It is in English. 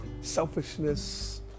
selfishness